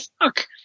Fuck